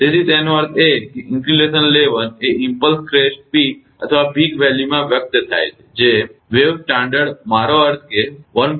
તેથી તેનો અર્થ એ કે ઇન્સ્યુલેશન લેવલ એ ઇમ્પલ્સ ક્રેસ્ટ પીક અથવા પીક વેલ્યુમાં વ્યક્ત થાય છે જે એ વેવે સ્ટાંડર્ડ વેવ મારો અર્થે કે 1